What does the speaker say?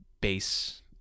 base